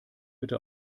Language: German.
bitte